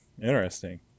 Interesting